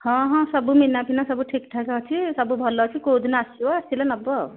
ହଁ ହଁ ସବୁ ମିନା ଫିନା ସବୁ ଠିକ୍ଠାକ୍ ଅଛି ସବୁ ଭଲ ଅଛି କେଉଁ ଦିନ ଆସିବ ଆସିଲେ ନେବ ଆଉ